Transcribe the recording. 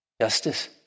justice